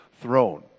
throne